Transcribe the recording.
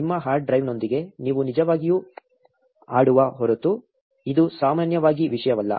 ನಿಮ್ಮ ಹಾರ್ಡ್ ಡ್ರೈವಿನೊಂದಿಗೆ ನೀವು ನಿಜವಾಗಿಯೂ ಆಡುವ ಹೊರತು ಇದು ಸಾಮಾನ್ಯವಾಗಿ ವಿಷಯವಲ್ಲ